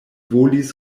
volis